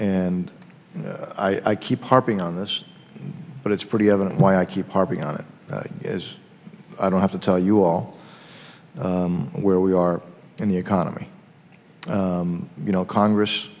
and i keep harping on this but it's pretty evident why i keep harping on it as i don't have to tell you all where we are in the economy you know congress